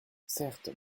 certes